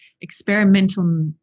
experimental